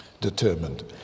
determined